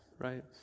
right